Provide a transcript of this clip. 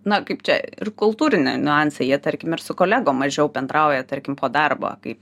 na kaip čia ir kultūriniai niuansai jie tarkim ir su kolegom mažiau bendrauja tarkim po darbo kaip